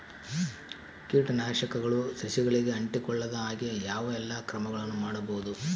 ಕೇಟನಾಶಕಗಳು ಸಸಿಗಳಿಗೆ ಅಂಟಿಕೊಳ್ಳದ ಹಾಗೆ ಯಾವ ಎಲ್ಲಾ ಕ್ರಮಗಳು ಮಾಡಬಹುದು?